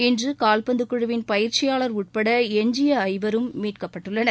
இன்று கால்பந்து குழுவின் பயிற்சியாளர் உட்பட எஞ்சிய ஐவரும் மீட்கப்பட்டுள்ளனர்